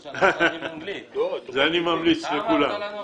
את זה אני ממליץ לכולם.